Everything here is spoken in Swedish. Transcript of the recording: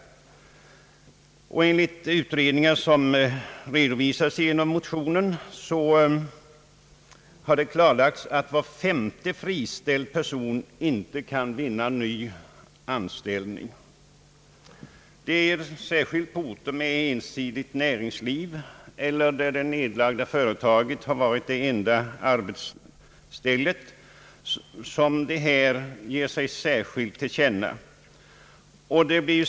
I de utredningar som redovisas i en av motionerna har det klarlagts att var femte friställd person inte kan vinna ny anställning. Det är särskilt på orter med ensidigt näringsliv eller där det nedlagda företaget har varit det enda arbetsstället som detta ger sig till känna.